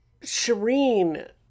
Shireen